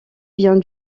vient